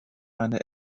eine